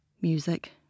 music